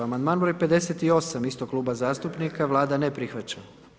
Amandman broj 58 istog kluba zastupnika, Vlada ne prihvaća.